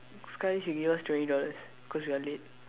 sekali she give us twenty dollars cause we are late